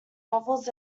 novels